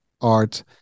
art